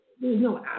no